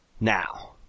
Now